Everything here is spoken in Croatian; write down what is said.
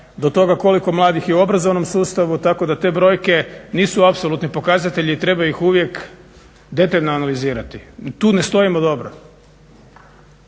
do toga koliko mladih je u obrazovnom sustavu, tako da te brojke nisu apsolutni pokazatelji i treba ih uvijek detaljno analizirati. Tu ne stojimo dobro.